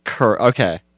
Okay